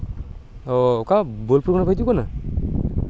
ᱚ ᱚᱠᱟ ᱵᱳᱞᱯᱩᱨ ᱠᱷᱚᱱᱯᱮ ᱦᱤᱡᱩᱜ ᱠᱟᱱᱟ